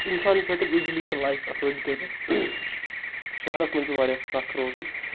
اِنسان چھُ ہؠکَان ایٖزلی سُہ لایِف ایٚفٲرڈ کٔرِتھ شَہرَس منٛز چھُ واریاہ سخ روزُن